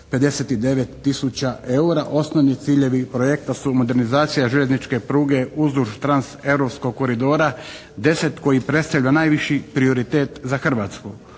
259 tisuća eura. Osnovni ciljevi projekta su modernizacija željezničke pruge uzduž transeuropskog koridora 10 koji predstavlja najviši prioritet za Hrvatsku.